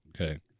Okay